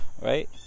right